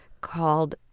called